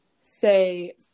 say